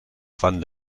van